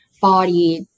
body